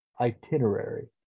itinerary